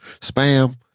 Spam